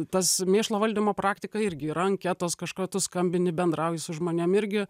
tas mėšlo valdymo praktika irgi yra anketos kažką tu skambini bendrauji su žmonėm irgi